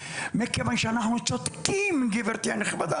זאת מכיוון שאנחנו צודקים גברתי הנכבדה.